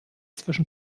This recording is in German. zwischen